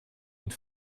une